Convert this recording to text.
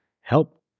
help